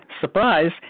surprise